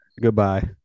Goodbye